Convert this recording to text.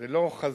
זה לא חזון